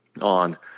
on –